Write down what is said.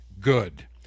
good